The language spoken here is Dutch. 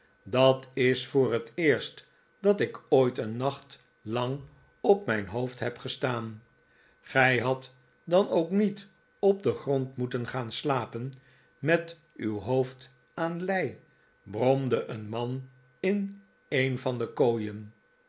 dat is voor het eerst dat ik ooit een nacht lang op mijn hoofd heb gestaan gij hadt dan ook niet op den grond moeten gaan slapen met uw hoofd aan lij bromde een man in een van de kooien